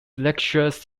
lectures